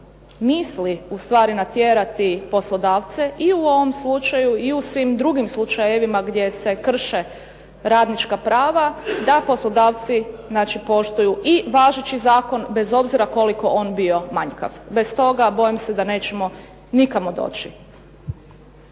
misli ustvari natjerati poslodavce i u ovom slučaju, i u svim drugim slučajevima gdje se krše radnička prava, da poslodavci znači poštuju i važeći zakon, bez obzira koliko on bio manjkav. Bez toga bojim se da nećemo nikamo doći.